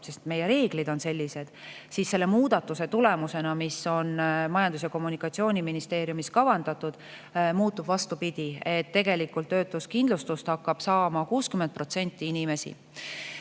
sest meie reeglid on sellised, siis selle muudatuse tulemusena, mis on Majandus- ja Kommunikatsiooniministeeriumis kavandatud, muutub see vastupidiseks: töötuskindlustus[hüvitist] hakkab saama 60% inimestest.